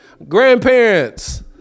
Grandparents